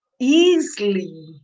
easily